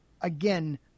again